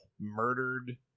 murdered